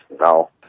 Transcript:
No